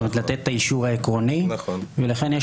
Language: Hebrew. זאת אומרת לתת את האישור העקרוני ולכן יש